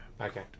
Okay